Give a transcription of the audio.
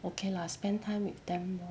okay lah spend time with them